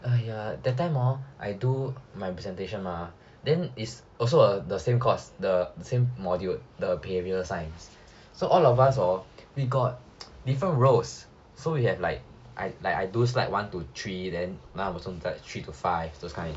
!aiya! that time all I do my presentation mah then it's also the same course the same module the behavioural science so all of us orh we got different roles so we had like I like I do like slide one to three then another person did three to five those kind